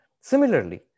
Similarly